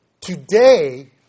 Today